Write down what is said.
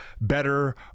better